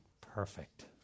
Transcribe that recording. Perfect